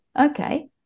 okay